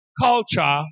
culture